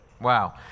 Wow